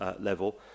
level